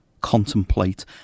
Contemplate